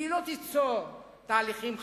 היא לא תיצור תהליכים חדשים,